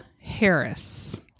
Harris